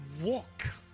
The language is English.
walk